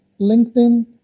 linkedin